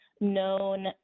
known